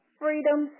freedom